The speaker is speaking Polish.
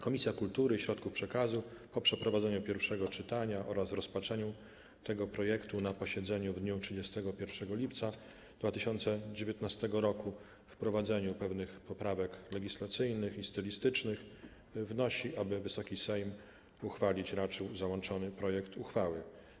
Komisja Kultury i Środków Przekazu po przeprowadzeniu pierwszego czytania oraz rozpatrzeniu tego projektu na posiedzeniu w dniu 31 lipca 2019 r. i wprowadzeniu pewnych poprawek legislacyjnych i stylistycznych wnosi, aby Wysoki Sejm uchwalić raczył załączony projekt uchwały.